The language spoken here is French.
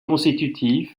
consécutive